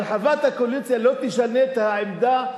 הרחבת הקואליציה לא תשנה את העמדה,